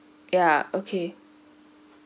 ya okay